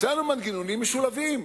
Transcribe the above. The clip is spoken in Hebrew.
הצענו מנגנונים משולבים,